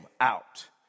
out